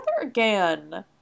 again